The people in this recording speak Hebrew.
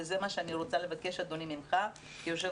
וזה מה שאני רוצה לבקש אדוני ממך יו"ר,